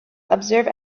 observe